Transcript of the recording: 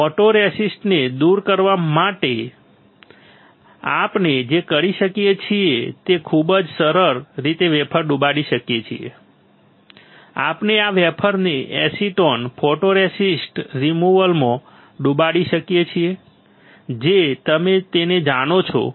ફોટોરેસિસ્ટને દૂર કરવા માટે આપણે જે કરી શકીએ છીએ તે ખૂબ જ સરળ રીતે વેફર ડુબાડી શકીએ છીએ આપણે આ વેફરને એસીટોન ફોટોરેસિસ્ટ રિમૂવલમાં ડુબાડી શકીએ છીએ જે તમે તેને જાણો છો